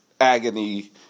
agony